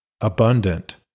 abundant